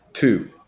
two